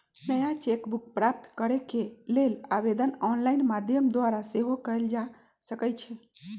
नया cheque book प्राप्त करेके लेल आवेदन ऑनलाइन माध्यम द्वारा सेहो कएल जा सकइ छै